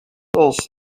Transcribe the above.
else